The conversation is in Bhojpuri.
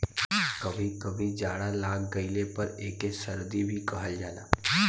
कभी कभी जाड़ा लाग गइले पर एके सर्दी भी कहल जाला